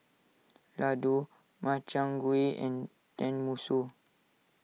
Ladoo Makchang Gui and Tenmusu